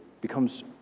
becomes